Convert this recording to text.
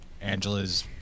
Angela's